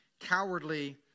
cowardly